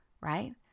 Right